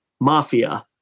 mafia